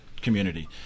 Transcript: community